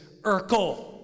Urkel